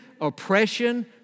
oppression